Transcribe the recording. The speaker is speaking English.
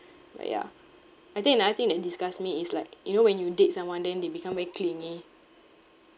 but ya I think another thing that disgusts me is like you know when you date someone then they become very clingy